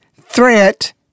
threat